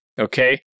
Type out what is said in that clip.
okay